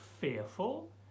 fearful